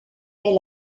est